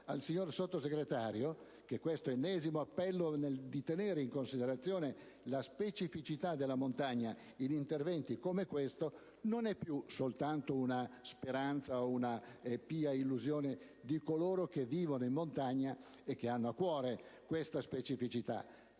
al signor Sottosegretario che l'ennesimo appello a tenere in considerazione la specificità della montagna in interventi come questo non è più soltanto una speranza o una pia illusione di coloro che vivono in montagna o che l'hanno a cuore. Vorrei infatti